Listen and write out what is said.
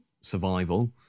survival